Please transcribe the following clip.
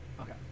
Okay